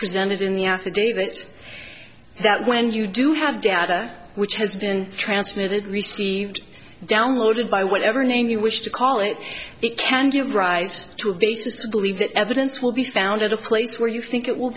presented in the affidavits that when you do have data which has been transmitted received downloaded by whatever name you wish to call it it can give rise to a basis to believe that evidence will be found at a place where you think it will